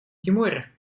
тиморе